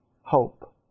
hope